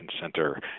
center